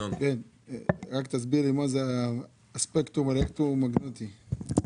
מה זה הספקטרום אלקטרו מגנטי?